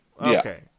okay